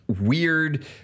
weird